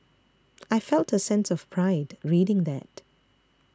I felt a sense of pride reading that